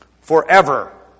forever